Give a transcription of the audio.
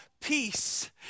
peace